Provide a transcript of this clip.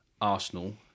Arsenal